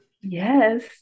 Yes